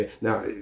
Now